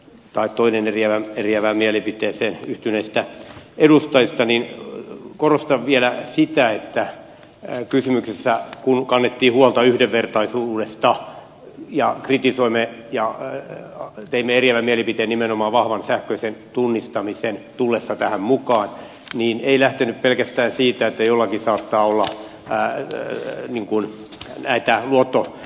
tartuin initia eriävään mielipiteeseen yhtyneistä edustajista että korostan vielä sitä että kysymys kun kannettiin huolta yhdenvertaisuudesta ja kritisoimme ja teimme eriävän mielipiteen nimenomaan vahvan sähköisen tunnistamisen tullessa tähän mukaan ei lähtenyt pelkästään siitä että jollakin saattaa olla äiti minkunft erä ja lotto